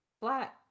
flat